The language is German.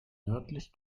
nördlich